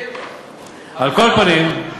על כל פנים,